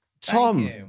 Tom